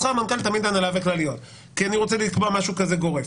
שכר מנכ"ל תמיד הנהלה וכלליות כי אני רוצה לקבוע משהו כזה גורף.